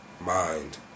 mind